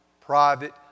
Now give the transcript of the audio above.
Private